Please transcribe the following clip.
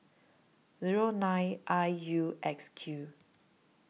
Zero nine I U X Q